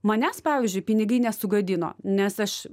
manęs pavyzdžiui pinigai nesugadino nes aš